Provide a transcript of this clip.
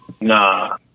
Nah